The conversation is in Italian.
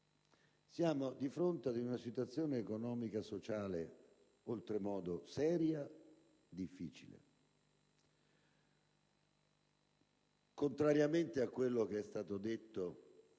siamo di fronte ad una situazione economica e sociale oltremodo seria e difficile, contrariamente a quello che è stato detto in